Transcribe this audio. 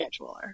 scheduler